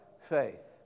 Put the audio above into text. faith